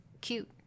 cute